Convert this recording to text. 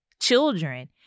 children